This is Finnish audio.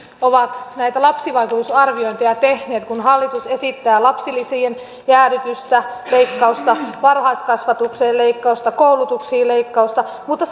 ovat näitä lapsivaikutusarviointeja tehneet kun hallitus esittää lapsilisien jäädytystä leikkausta varhaiskasvatukseen leikkausta koulutuksiin leikkausta mutta